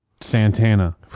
Santana